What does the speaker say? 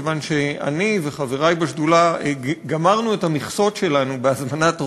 כיוון שאני וחברי בשדולה גמרנו את המכסות שלנו בהזמנת אורחים,